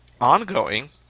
ongoing